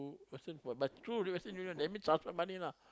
the person for but through Western-Union that means transfer money lah